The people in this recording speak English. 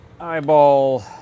eyeball